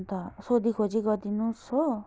अन्त सोधी खोजी गरिदिनोस् हो